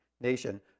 nation